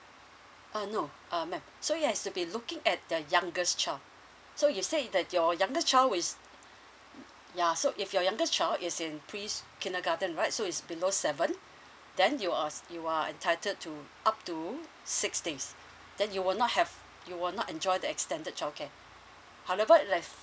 uh no uh madam so it has to be looking at the youngest child so you said that your youngest child is ya so if your youngest child is in presc~ kindergarten right so is below seven then you are s~ you are entitled to up to six days then you will not have you will not enjoy the extended childcare however like